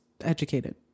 educated